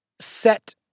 set